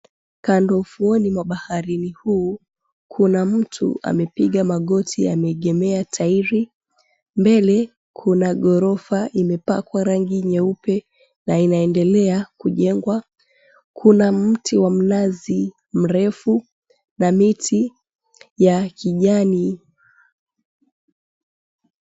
Kando ufuoni mwa baharini huu, kuna mtu amepiga magoti ameegemea tairi. Mbele kuna ghorofa imepakwa rangi nyeupe na inaendelea kujengwa. Kuna mti wa mnazi mrefu na miti ya kijani.